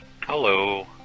Hello